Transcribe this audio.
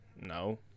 No